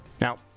Now